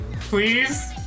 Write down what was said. Please